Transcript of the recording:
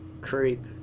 Creep